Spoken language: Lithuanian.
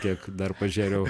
kiek dar pažėriau